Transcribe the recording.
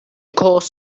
cause